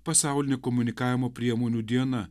pasaulinė komunikavimo priemonių diena